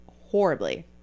horribly